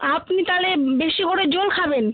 আপনি তাহলে বেশি করে জল খাবেন